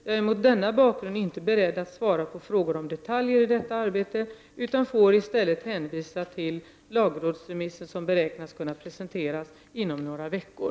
Jag är mot denna bakgrund inte beredd att svara på frågor om detaljer i detta arbete utan får i stället hänvisa till lagrådsremissen, som beräknas kunna presenteras inom några veckor.